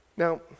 Now